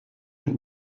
mit